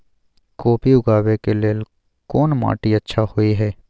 कोबी उगाबै के लेल कोन माटी अच्छा होय है?